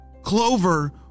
Clover